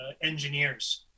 engineers